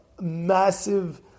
massive